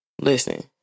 Listen